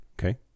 okay